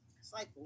cycle